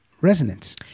resonance